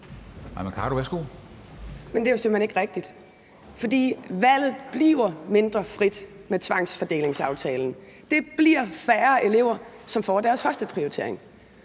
: Det er jo simpelt hen ikke rigtigt, for valget bliver mindre frit med tvangsfordelingsaftalen. Der bliver færre elever, som får imødekommet deres førsteprioritet.